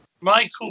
michael